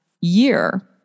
year